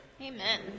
amen